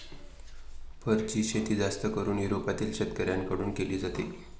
फरची शेती जास्त करून युरोपातील शेतकऱ्यांन कडून केली जाते